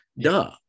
duh